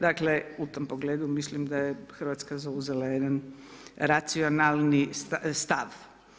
Dakle, u tom pogledu mislim da je Hrvatska zauzela jedan racionalni stav.